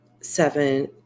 seven